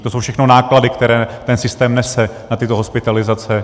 To jsou všechny náklady, který ten systém nese na tyto hospitalizace.